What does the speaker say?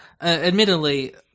admittedly